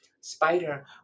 spider